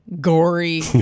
gory